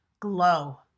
glow